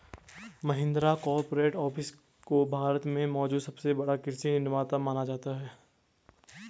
Mahindra corporate office को भारत में मौजूद सबसे बड़ा कृषि निर्माता माना जाता है